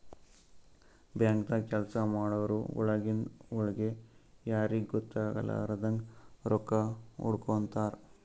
ಬ್ಯಾಂಕ್ದಾಗ್ ಕೆಲ್ಸ ಮಾಡೋರು ಒಳಗಿಂದ್ ಒಳ್ಗೆ ಯಾರಿಗೂ ಗೊತ್ತಾಗಲಾರದಂಗ್ ರೊಕ್ಕಾ ಹೊಡ್ಕೋತಾರ್